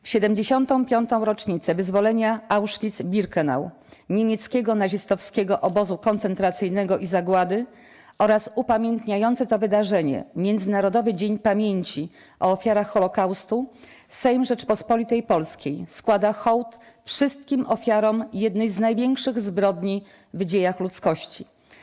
W 75. rocznicę wyzwolenia Auschwitz-Birkenau - niemieckiego nazistowskiego obozu koncentracyjnego i zagłady oraz upamiętniający to wydarzenie Międzynarodowy Dzień Pamięci o Ofiarach Holocaustu Sejm Rzeczypospolitej Polskiej składa hołd wszystkim ofiarom jednej z największych zbrodni w dziejach ludzkości.